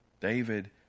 David